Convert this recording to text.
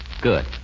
Good